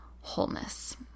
wholeness